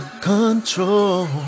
control